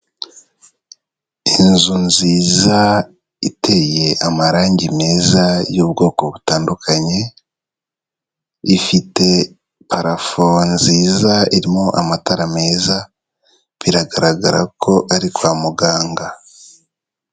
Inzu nziza iteye amarangi meza y'bwoko butandukanye, ifite parafo nziza irimo amatara meza. Biragaragara ko ari kwa muganga.